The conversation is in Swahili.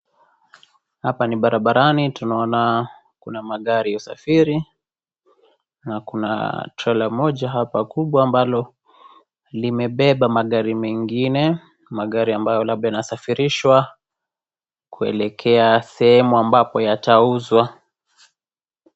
Hapa ni barabarani tunaona kuna magari ya usafiri, na kuna trela moja kubwa hapa ambalo limebeba magari mengine magari ,ambayo labda inasafirishwa kuelekea sehemu ambapo yatauzwa.